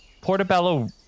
Portobello